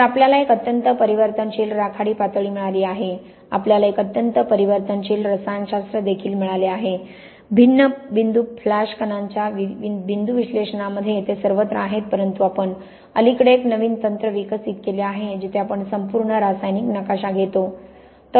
तर आपल्याला एक अत्यंत परिवर्तनशील राखाडी पातळी मिळाली आहे आपल्याला एक अत्यंत परिवर्तनशील रसायनशास्त्र देखील मिळाले आहे भिन्न बिंदू फ्लॅश कणांच्या बिंदू विश्लेषणामध्ये ते सर्वत्र आहेत परंतु आपण अलीकडे एक नवीन तंत्र विकसित केले आहे जिथे आपण संपूर्ण रासायनिक नकाशा घेतो